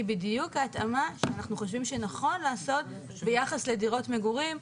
היא בדיוק ההתאמה שאנחנו חושבים שנכון לעשות ביחס לדירות מגורים,